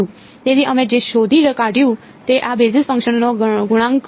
તેથી અમે જે શોધી કાઢ્યું તે આ બેસિસ ફંક્શનોના ગુણાંક હતા